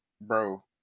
Bro